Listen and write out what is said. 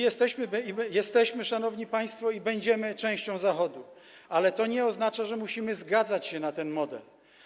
Jesteśmy, szanowni państwo, i będziemy częścią Zachodu, ale to nie oznacza, że musimy zgadzać się na ten model.